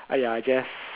!aiya! I just